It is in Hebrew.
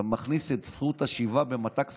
אתה מכניס את זכות השיבה במתק שפתיים.